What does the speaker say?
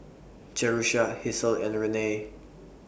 Jerusha Hasel and Renae